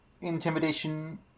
intimidation